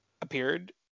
appeared